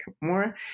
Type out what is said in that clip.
more